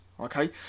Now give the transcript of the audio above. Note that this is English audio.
okay